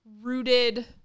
rooted